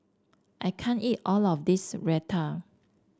I can't eat all of this Raita